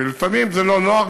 ולפעמים זה לא נוח.